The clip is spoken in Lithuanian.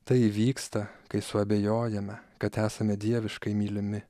tai įvyksta kai suabejojame kad esame dieviškai mylimi